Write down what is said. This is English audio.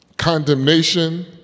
condemnation